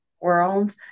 world